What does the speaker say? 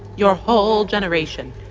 your whole generation,